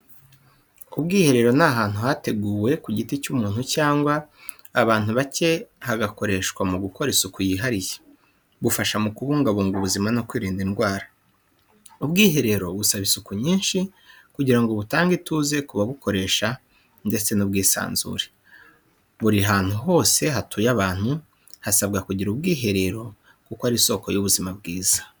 Ubwiherero ni ahantu hateguwe ku giti cy’umuntu cyangwa abantu bake hagakoreshwa mu gukora isuku yihariye. Bufasha mu kubungabunga ubuzima no kwirinda indwara. Ubwihero busaba isuku nyinshi kugira ngo butange ituze ku babukoresha, ndetse n’ubwisanzure. Buri hantu hose hatuye abantu hasabwa kugira ubwiherero kuko ari isoko y’ubuzima bwiza.